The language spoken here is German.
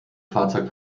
fahrzeug